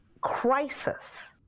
crisis